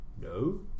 no